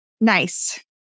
Nice